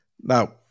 Now